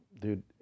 dude